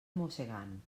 mossegant